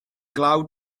glaw